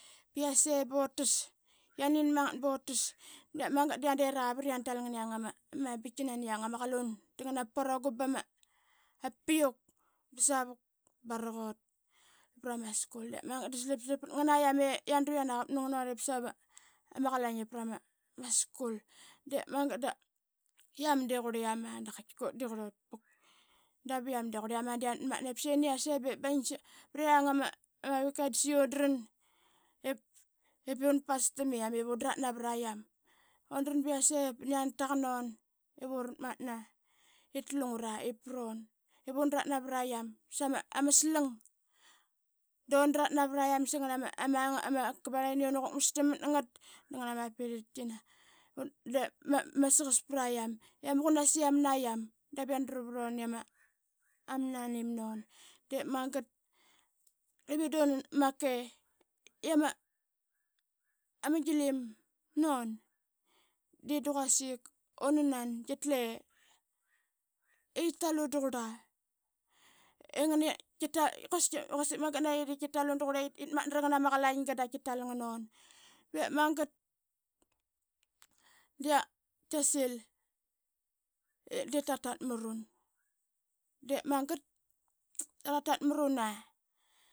Ba yase dutas. yanin mangat botas de magat da ya det avit i yan tal ngana ma pragum ba ngan ama. piuk ba savuk baraqot vrama school. Da slap slap slap pat ngana yami yandra yana qavap na nganut ip sama qalain ip school. De magat da yam de qurli yama dap qaitkika ut de qurlut vu. Dap iam de qurli yama da qianat matna ip saqi nani yase da undran priang ama weekend. Ip una pas tamiam i un drat navra yam. Undran ba yase da nani yana taqan una ivurat matna ip ta lungra vrun ivundrat navra yam sama slang. dun drat navra yam sama kabalaqina una quk mastam ngat da ngana ma pilptkina. Dep ma saqas prayam i ama qunas i yam na iv yandra vrun i ama nanim nun. De magat da vama gilim nun de murl quasik unanan qitle qi talun taqurla i ama qunasim nun. Quasik magat na qi ip qitalun taqaurla ida ngana. Bep magat da qiasil ip de tatal marun de marun de magat dratat mruna.